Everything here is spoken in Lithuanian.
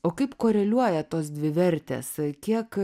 o kaip koreliuoja tos dvi vertės kiek